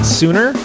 sooner